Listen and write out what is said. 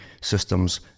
systems